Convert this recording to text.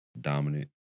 dominant